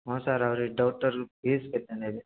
ହଁ ସାର୍ ଆହୁରି doctor fees କେତେ ନେବେ